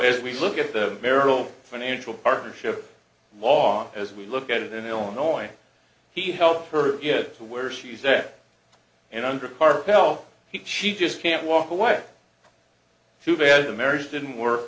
if we look at the marital financial partnership law as we look at it in illinois he helped her get to where she sat and under part fell he she just can't walk away too bad the marriage didn't work